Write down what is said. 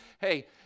Hey